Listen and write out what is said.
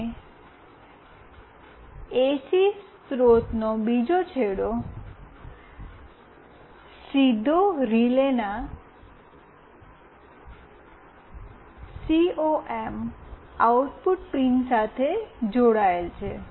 અને એસી સ્રોતનો બીજો છેડો સીધો રિલેના સીઓએમ આઉટપુટ પિન સાથે જોડાયેલ છે